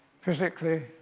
physically